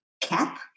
cap